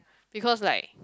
because like